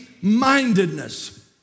mindedness